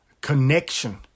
connection